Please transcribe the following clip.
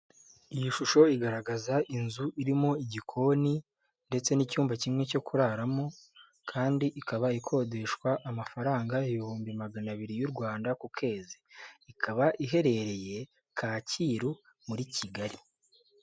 Iyi shusho igaragaza inzu irimo igikoni ndetse n'icyumba kimwe cyo kuraramo kandi ikaba ikodeshwa amafaranga ibihumbi magana abiri y'u Rwanda ku kwezi, ikaba iherereye Kacyiru, muri Kigali.